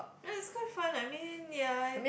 ya it's quite fun I mean ya